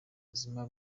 buzima